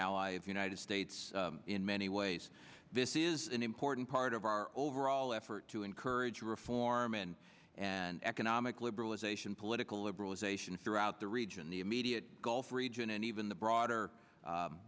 ally of united states in many ways this is an important part of our overall effort to encourage reform and an economic liberalization political liberalization throughout the region the immediate gulf region and even the broader